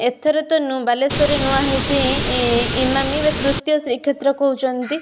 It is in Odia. ଏଥର ତ ବାଲେଶ୍ୱରରେ ନୂଆ ହେଇଛି ଇମାମୀର ତୃତୀୟ ଶ୍ରୀକ୍ଷେତ୍ର କହୁଛନ୍ତି